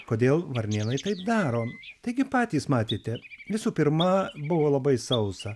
kodėl varnėnai taip daro taigi patys matėte visų pirma buvo labai sausa